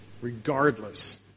regardless